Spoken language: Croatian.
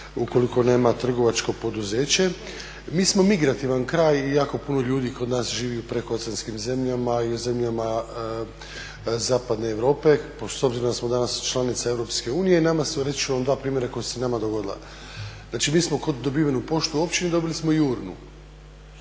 ukoliko nema trgovačko poduzeće? Mi smo migurativan kraj i jako puno ljudi kod nas živi u prekooceanskim zemljama i u zemljama zapadne Europe. S obzirom da smo danas članica EU i nama su, reći ću vam dva primjera koja su se nama dogodila. Znači mi smo kod dobivene pošte u općini dobili smo i urnu.